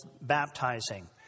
baptizing